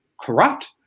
corrupt